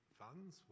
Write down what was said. funds